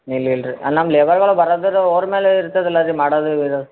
ಇಲ್ಲ ಇಲ್ಲ ರೀ ನಮ್ಮ ಲೇಬರ್ಗಳು ಬರದು ಅವ್ರ ಮೇಲೇ ಇರ್ತದಲ್ವಾ ರೀ ಮಾಡೋದು ಬಿಡೋದು